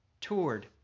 toured